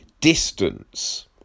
distance